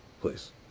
Please